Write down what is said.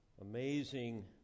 amazing